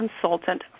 consultant